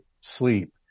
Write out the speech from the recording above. sleep